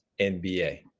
NBA